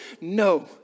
No